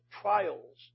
trials